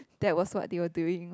that was what they were doing